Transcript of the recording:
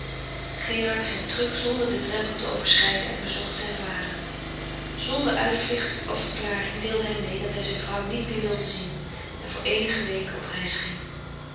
gerard ging terug zonder den drempel te overschrijden en bezocht zijn vader zonder uitvlucht of verklaring deelde hij mee dat hij zijn vrouw niet weer wilde zien en voor eenige weken op reis ging